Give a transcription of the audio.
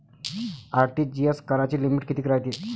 RTGS कराची limit कितीक रायते?